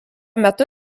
metu